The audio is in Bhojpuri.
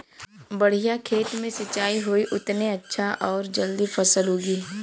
बढ़िया खेत मे सिंचाई होई उतने अच्छा आउर जल्दी फसल उगी